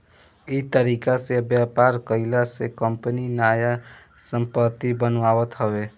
इ तरीका से व्यापार कईला से कंपनी नया संपत्ति बनावत हवे